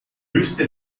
höchste